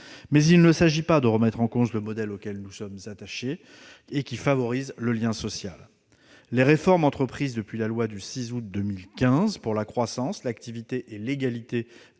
Mais il ne s'agit pas de remettre en cause le modèle auquel nous sommes attachés et qui favorise le lien social. Les réformes entreprises depuis la loi du 6 août 2015 pour la croissance, l'activité et l'égalité